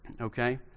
okay